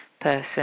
person